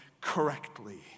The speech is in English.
correctly